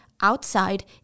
outside